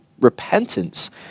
repentance